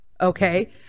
Okay